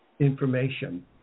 information